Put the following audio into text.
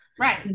Right